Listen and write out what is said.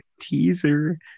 Teaser